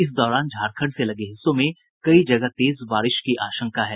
इस दौरान झारखण्ड से लगे हिस्सों में कई जगह तेज बारिश की आशंका है